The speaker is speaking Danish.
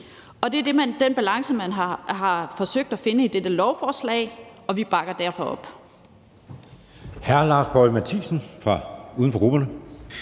Det er den balance, man har forsøgt at finde i dette lovforslag, og vi bakker derfor op